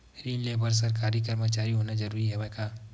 ऋण ले बर सरकारी कर्मचारी होना जरूरी हवय का?